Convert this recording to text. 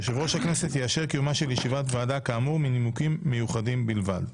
יושב-ראש הכנסת יאשר קיומה של ישיבת ועדה כאמור מנימוקים מיוחדי□ בלבד.